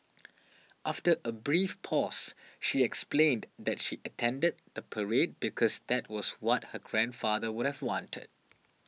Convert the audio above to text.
after a brief pause she explained that she attended the parade because that was what her grandfather would have wanted